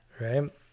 right